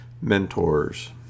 mentors